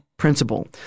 principle